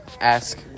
ask